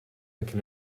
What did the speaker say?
anche